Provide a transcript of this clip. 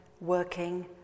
working